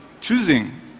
choosing